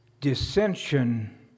Dissension